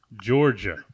Georgia